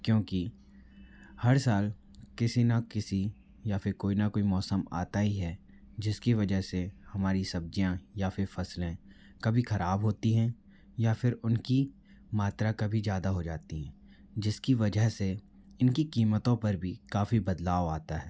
क्योंकि हर साल किसी न किसी या फिर कोई न कोई मौसम आता ही है जिसकी वजह से हमारी सब्ज़ियाँ या फिर फसलें कभी ख़राब होती हैं या फिर उनकी मात्रा कभी ज़्यादा हो जाती हैं जिसकी वजह से इनकी कीमतों पर भी काफ़ी बदलाव आता है